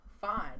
Fine